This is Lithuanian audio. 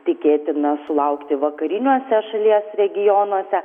tikėtina sulaukti vakariniuose šalies regionuose